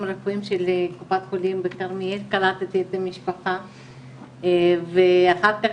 רפואיים קופת חולים בכרמיאל קלטתי את המשפחה ואחר כך